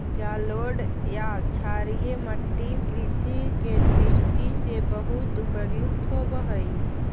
जलोढ़ या क्षारीय मट्टी कृषि के दृष्टि से बहुत उपयुक्त होवऽ हइ